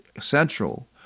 Central